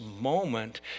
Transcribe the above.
moment